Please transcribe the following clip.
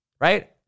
right